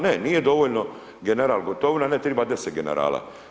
Ne nije dovoljno general Gotovina, ne treba 10 generala.